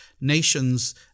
nations